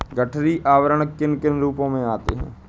गठरी आवरण किन किन रूपों में आते हैं?